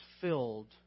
filled